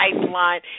pipeline